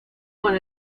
con